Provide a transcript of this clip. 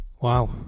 Wow